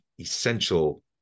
essential